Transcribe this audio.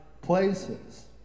places